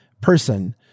person